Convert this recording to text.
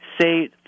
say